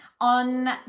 On